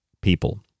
people